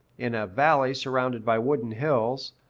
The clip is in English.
in a valley surrounded by wooded hills,